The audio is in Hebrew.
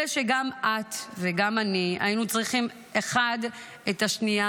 אלה שגם את וגם אני היינו צריכים אחד את השנייה,